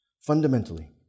fundamentally